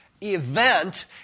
event